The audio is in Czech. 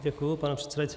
Děkuji, pane předsedající.